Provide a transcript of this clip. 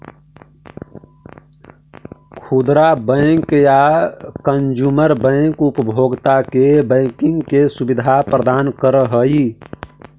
खुदरा बैंक या consumer bank उपभोक्ता के बैंकिंग के सुविधा प्रदान करऽ हइ